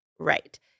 Right